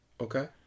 okay